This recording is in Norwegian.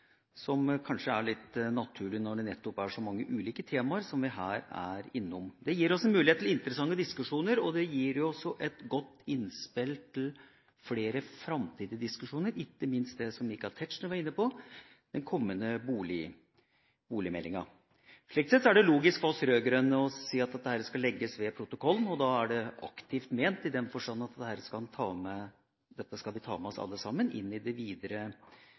som kanskje er litt naturlig, når det nettopp er så mange ulike temaer som vi her er innom. Det gir oss en mulighet til interessante diskusjoner, og det gir også et godt innspill til flere framtidige diskusjoner, ikke minst den kommende boligmeldinga, som Michael Tetzschner var inne på. Sånn sett er det logisk for oss rød-grønne å si at dette skal legges ved protokollen. Og da er det aktivt ment i den forstand at dette skal vi alle sammen ta med oss inn i det videre